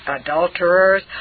adulterers